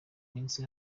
minsi